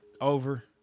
Over